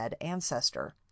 ancestor